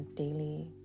daily